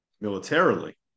militarily